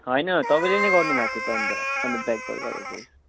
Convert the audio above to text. होइन तपाईँले नै गर्नु भएको थियो त अन्त ब्याक् कल गरेको थिएँ